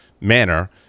manner